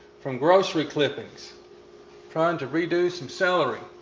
from grocery clippings trying to re-do some celery.